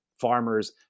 farmers